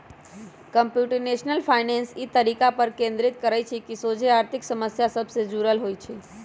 computational finance इ तरीका पर केन्द्रित करइ छइ जे सोझे आर्थिक समस्या सभ से जुड़ल होइ छइ